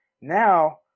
Now